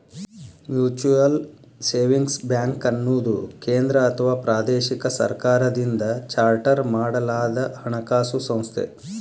mutual savings ಬ್ಯಾಂಕ್ಅನ್ನುದು ಕೇಂದ್ರ ಅಥವಾ ಪ್ರಾದೇಶಿಕ ಸರ್ಕಾರದಿಂದ ಚಾರ್ಟರ್ ಮಾಡಲಾದಹಣಕಾಸು ಸಂಸ್ಥೆ